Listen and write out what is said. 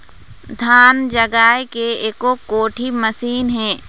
धान जगाए के एको कोठी मशीन हे?